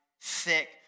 thick